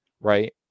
Right